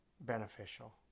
beneficial